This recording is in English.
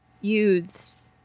youths